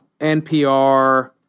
NPR